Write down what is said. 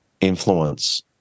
influence